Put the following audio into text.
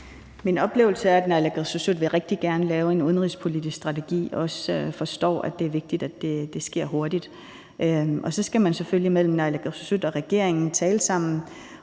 Min oplevelse er, at naalakkersuisut rigtig gerne vil lave en udenrigspolitisk strategi og også forstår, at det er vigtigt, at det sker hurtigt. Og så skal man selvfølgelig mellem naalakkersuisut og regeringen tale sammen